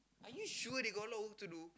are you sure they got a lot of work to do